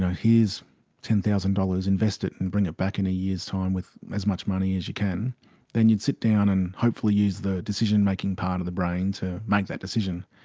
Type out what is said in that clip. ten thousand dollars, invest it and bring it back in a year's time with as much money as you can then you'd sit down and hopefully use the decision-making part of the brain to make that decision.